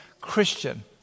Christian